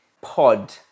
pod